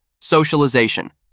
Socialization